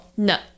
No